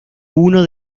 uno